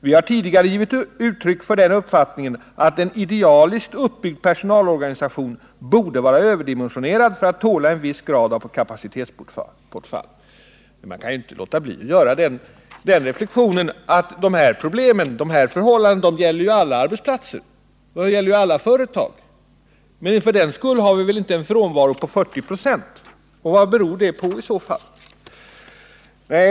Vi har tidigare givit uttryck för den uppfattningen, att en idealiskt uppbyggd personalorganisation borde vara ”överdimensionerad” för att tåla en viss grad av kapacitetsbortfall.” Man kan inte låta bli att göra den reflexionen att dessa förhållanden gäller för alla arbetsplatser och alla företag. För den skull har vi väl inte en frånvaro på 40 96? Vad beror den stora frånvaron inom arbetsmarknadsverket på?